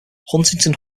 huntington